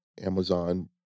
Amazon